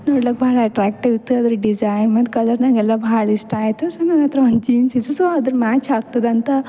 ನೋಡ್ಲಿಕ್ ಭಾಳ ಅಟ್ಟ್ರಾಕ್ಟಿವ್ ಇತ್ತು ಅದ್ರ ಡಿಸೈನ್ ಮತ್ತು ಕಲರ್ನಾಗ ಎಲ್ಲ ಭಾಳ ಇಷ್ಟ ಆಯಿತು ಸೊ ನನ್ನಹತ್ರ ಒಂದು ಜೀನ್ಸ್ ಇಸ್ಸು ಸೊ ಅದ್ರ ಮ್ಯಾಚ್ ಆಗ್ತದಂತ